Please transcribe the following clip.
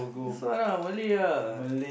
that's why lah Malay ya